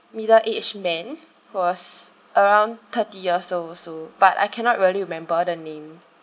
middle aged man who was around thirty years old also but I cannot really remember the name